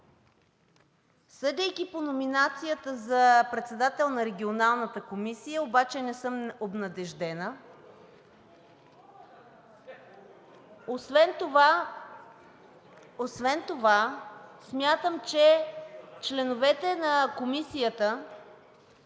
Съдейки по номинацията за председател на Регионалната комисия, обаче не съм обнадеждена. Освен това смятам, че членовете на Комисията,